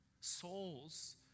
souls